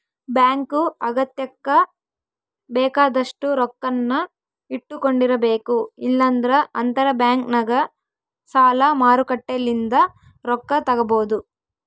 bank ಅಗತ್ಯಕ್ಕ ಬೇಕಾದಷ್ಟು ರೊಕ್ಕನ್ನ ಇಟ್ಟಕೊಂಡಿರಬೇಕು, ಇಲ್ಲಂದ್ರ ಅಂತರಬ್ಯಾಂಕ್ನಗ ಸಾಲ ಮಾರುಕಟ್ಟೆಲಿಂದ ರೊಕ್ಕ ತಗಬೊದು